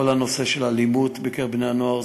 כל הנושא של אלימות בקרב בני-הנוער,